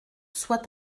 soit